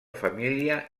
família